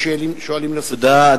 תודה.